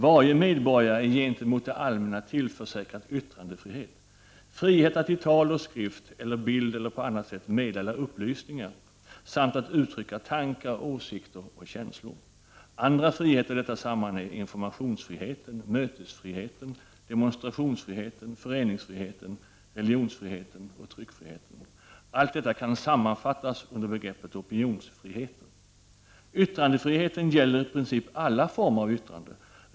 Varje medborgare är gentemot det allmänna tillförsäkrad yttrandefrihet, frihet att i tal eller skrift eller bild eller på annat sätt meddela upplysningar samt att uttrycka tankar, åsikter och känslor. Andra friheter i detta sammanhang är informationsfriheten, mötesfriheten, demonstrationsfriheten, föreningsfriheten, religionsfriheten och tryckfriheten. Allt detta kan sammanfattas under begreppet opinionsfrihet. Yttrandefriheten gäller i princip alla former av yttrande.